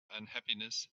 unhappiness